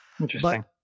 Interesting